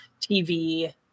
TV